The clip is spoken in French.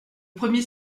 premier